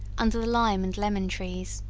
under the lime and lemon trees.